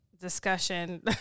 discussion